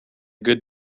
good